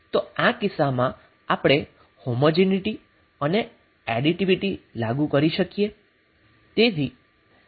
તો આ કિસ્સામા શું આપણે હોમોજીનીટી અને એડીટીવીટી લાગુ કરી શકીએ